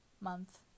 month